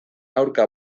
aurka